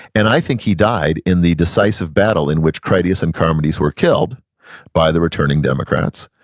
and i think he died in the decisive battle in which critias and charmides were killed by the returning democrats.